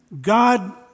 God